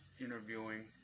interviewing